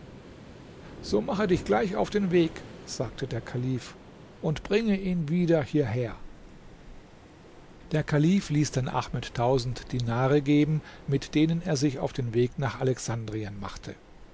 so mache dich gleich auf den weg sagte der kalif und bringe ihn wieder hierher der kalif ließ dann ahmed tausend dinare geben mit denen er sich auf den weg nach alexandrien machte